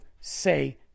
say